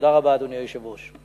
תודה רבה, אדוני היושב-ראש.